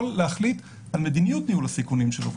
להחליט על מדיניות ניהול הסיכונים שלו.